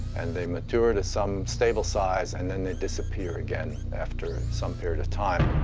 and they mature to some stable size, and then they disappear again after some period of time.